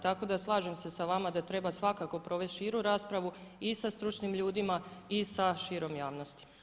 Tako da slažem se sa vama da treba svakako provesti širu raspravu i sa stručnim ljudima i sa širom javnosti.